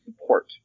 support